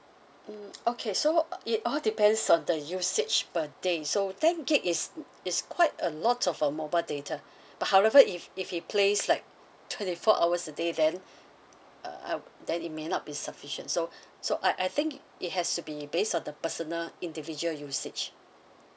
mm okay so uh it all depends on the usage per day so ten gig is is quite a lot of a mobile data but however if if he plays like twenty four hours a day then err then it may not be sufficient so so I I think it has to be based on the personal individual usage